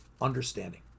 understanding